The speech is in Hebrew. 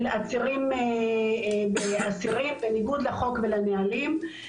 של עצירים ואסירים בניגוד לחוק ולנהלים.